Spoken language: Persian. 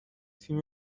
تیم